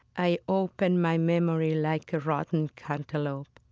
i open my memory like a rotten cantaloupe.